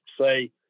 say